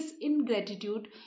ingratitude